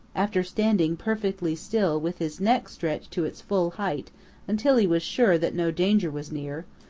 after standing perfectly still with his neck stretched to its full height until he was sure that no danger was near,